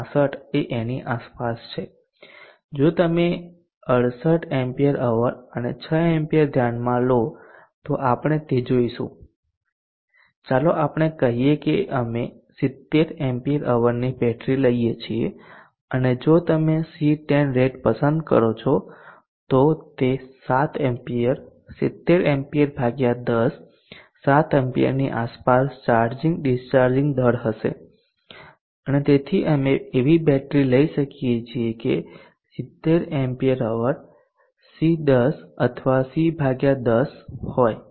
65 A ની આસપાસ છે જો તમે 68 Ah અને 6 A ધ્યાનમાં લો તો આપણે તે જોશું ચાલો આપણે કહીએ કે અમે 70 Ah ની બેટરી લઈએ છીએ અને જો તમે C10 રેટ પસંદ કરો છો તો તે 7A 70A 10 7A ની આસપાસ ચાર્જિંગ ડિસ્ચાર્જ દર હશે અને અને તેથી અમે એવી બેટરી લઈ શકીએ જે 70Ah C10 અથવા C10 હોય